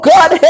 God